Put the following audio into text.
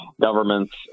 governments